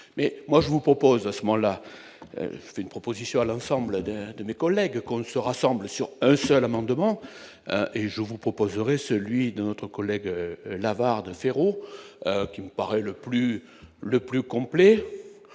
mais moi je vous propose, à ce moment-là, une proposition à l'ensemble de de mes collègues qu'on ne se rassemble sur un seul amendement et je vous proposerai celui de notre collègue l'avare de Serrault qui me paraît le plus le